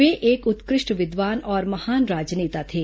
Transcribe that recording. वे एक उत्कृष्ट विद्वान और महान राजनेता थे